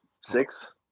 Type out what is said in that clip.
Six